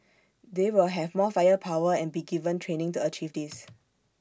they will have more firepower and be given training to achieve this